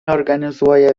organizuoja